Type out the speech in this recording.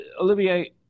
Olivier